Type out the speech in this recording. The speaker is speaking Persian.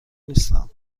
نیستم